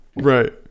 Right